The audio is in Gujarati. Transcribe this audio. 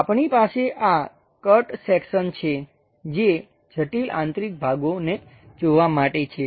આપણી પાસે આ કટ સેક્શન છે જે જટિલ આંતરિક ભાગોને જોવાં માટે છે